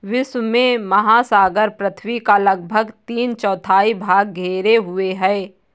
विश्व के महासागर पृथ्वी का लगभग तीन चौथाई भाग घेरे हुए हैं